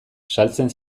saltzen